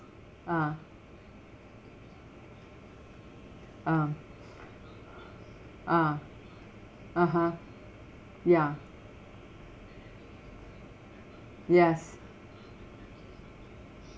ah ah ah (uh huh) ya yes